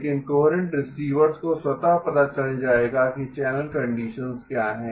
लेकिन coherent receivers को स्वतः पता चल जाएगा कि चैनल कंडीशंस क्या है